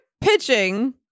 pitching